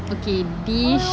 okay dish